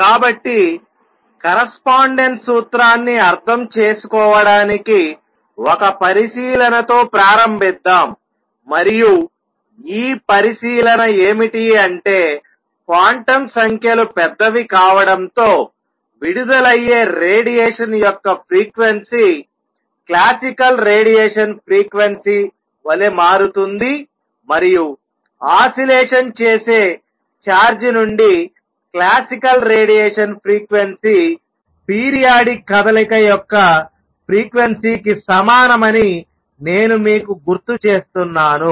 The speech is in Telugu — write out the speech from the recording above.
కాబట్టి కరస్పాండెన్స్ సూత్రాన్ని అర్థం చేసుకోవడానికి ఒక పరిశీలనతో ప్రారంభిద్దాం మరియు ఈ పరిశీలన ఏమిటి అంటే క్వాంటం సంఖ్యలు పెద్దవి కావడంతో విడుదలయ్యే రేడియేషన్ యొక్క ఫ్రీక్వెన్సీ క్లాసికల్ రేడియేషన్ ఫ్రీక్వెన్సీ వలె మారుతుంది మరియు ఆసిలేషన్ చేసే ఛార్జ్ నుండి క్లాసికల్ రేడియేషన్ ఫ్రీక్వెన్సీ పీరియాడిక్ కదలిక యొక్క ఫ్రీక్వెన్సీకి సమానమని నేను మీకు గుర్తు చేస్తున్నాను